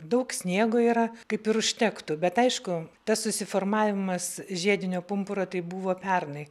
daug sniego yra kaip ir užtektų bet aišku tas susiformavimas žiedinio pumpuro tai buvo pernai